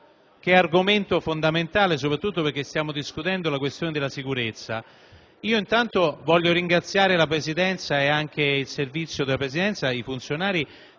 di un argomento fondamentale, soprattutto perché stiamo discutendo la questione della sicurezza. Voglio ringraziare la Presidenza ed anche il Servizio dell'Assemblea e tutti i